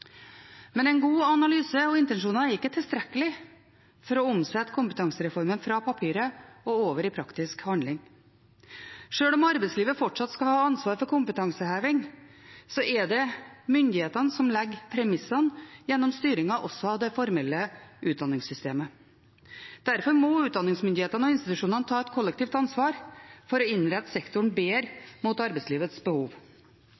Men en god analyse og intensjoner er ikke tilstrekkelig for å omsette kompetansereformen fra papiret og over i praktisk handling. Sjøl om arbeidslivet fortsatt skal ha ansvar for kompetanseheving, er det myndighetene som legger premissene gjennom styringen også av det formelle utdanningssystemet. Derfor må utdanningsmyndighetene og institusjonene ta et kollektivt ansvar for å innrette sektoren bedre mot arbeidslivets behov.